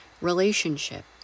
relationship